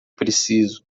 preciso